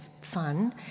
fun